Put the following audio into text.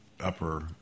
upper